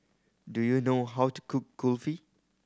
do you know how to cook Kulfi